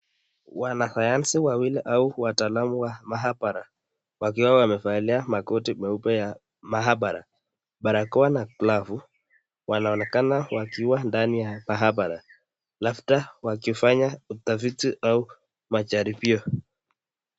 Wanasayansi wawili au wataalamu wa maambara wakiwa wamevalia makoti meupe ya maabara, barakoa na glavu. Wanaonekana wakiwa ndani ya maabara, labda wakifanya utafiti au majaribio.